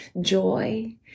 joy